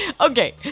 okay